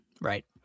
Right